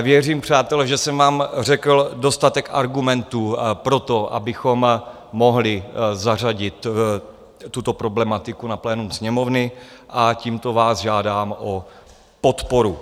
Věřím, přátelé, že jsem vám řekl dostatek argumentů pro to, abychom mohli zařadit tuto problematiku na plénum Sněmovny, a tímto vás žádám o podporu.